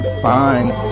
fine